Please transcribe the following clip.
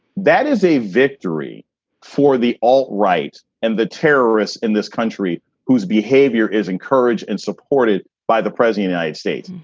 that is a victory for the. all right. and the terrorists in this country whose behavior is encouraged and supported by the president in states,